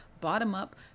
bottom-up